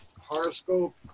horoscope